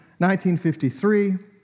1953